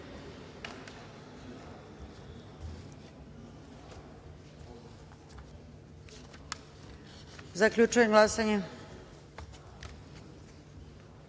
Zaključujem glasanje: